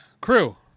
crew